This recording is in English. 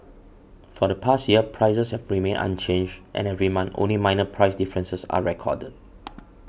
for the past year prices have remained unchanged and every month only minor price differences are recorded